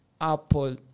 Apple